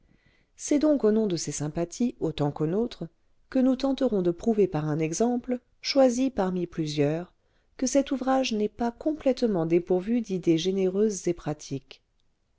c'est donc au nom de ces sympathies autant qu'au nôtre que nous tenterons de prouver par un exemple choisi parmi plusieurs que cet ouvrage n'est pas complètement dépourvu d'idées généreuses et pratiques